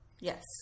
Yes